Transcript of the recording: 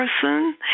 person